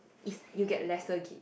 is you get lesser gig